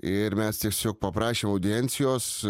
ir mes tiesiog paprašėm audiencijos